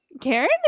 Karen